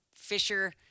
Fisher